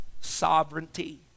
sovereignty